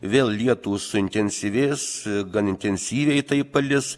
vėl lietūs suintensyvės gan intensyviai taip palis